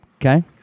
okay